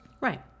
Right